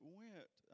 went